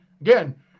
Again